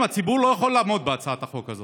שנית, הציבור לא יכול לעמוד בהצעת החוק הזאת.